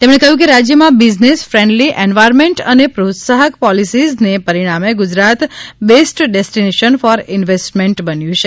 તેમણે કહ્યુ કે રાજ્યમાં બિઝનેસ ફ્રેન્ડલી એન્વાયરમેન્ટ અને પ્રોત્સાહક પોલિસીઝને પરિણામે Gujarat best destination for investment બન્યું છે